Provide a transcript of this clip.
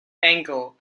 ankle